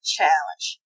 Challenge